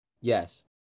Yes